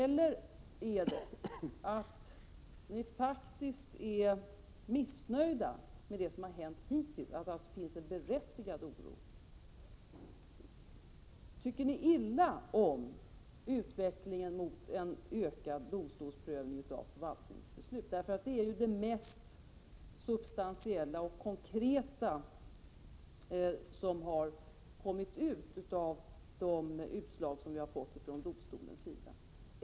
Eller är ni faktiskt missnöjda med det som har hänt hittills, och är det därför ni hyser en berättigad oro? Tycker ni illa om utvecklingen mot en ökad domstolsprövning av förvaltningsbeslut? Det är ju det mest substantiella och konkreta som har kommit ut av de utslag som vi har fått från Europadomstolen.